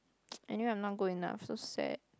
anyway I'm not good enough so sad